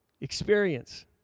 experience